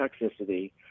toxicity